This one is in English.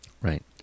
Right